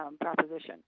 proposition